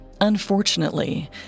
Unfortunately